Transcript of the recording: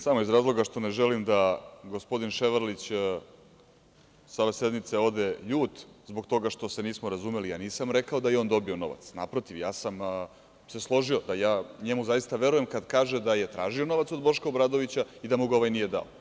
Samo iz razloga što ne želim da gospodin Ševarlić sa ove sednice ode ljut zbog toga što se nismo razumeli, ja nisam rekao da je on dobio novac, naprotiv, ja sam se složio da ja njemu zaista verujem kad kaže da je tražio novac od Boška Obradovića i da mu ga ovaj nije dao.